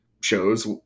shows